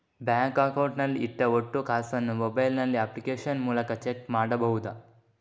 Bank account ನಲ್ಲಿ ಇಟ್ಟ ಒಟ್ಟು ಕಾಸನ್ನು ಮೊಬೈಲ್ ನಲ್ಲಿ ಅಪ್ಲಿಕೇಶನ್ ಮೂಲಕ ಚೆಕ್ ಮಾಡಬಹುದಾ?